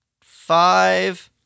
five